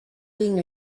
being